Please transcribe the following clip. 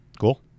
Cool